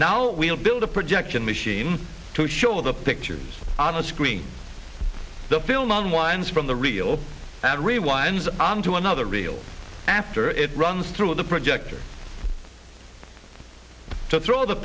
now we will build a projection machine to show the pictures on a screen the film on ones from the real everyone's onto another real after it runs through the projector so throw the